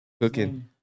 cooking